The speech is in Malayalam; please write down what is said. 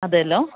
അതെയല്ലോ